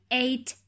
eight